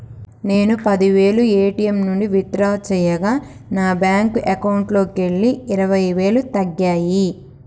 నేను పది వేలు ఏ.టీ.యం నుంచి విత్ డ్రా చేయగా నా బ్యేంకు అకౌంట్లోకెళ్ళి ఇరవై వేలు తగ్గాయి